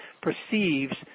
perceives